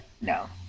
No